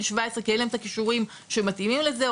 17 כי אין להם את הכישורים שמתאימים לזה,